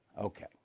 Okay